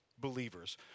believers